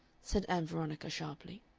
said ann veronica, sharply.